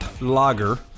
Lager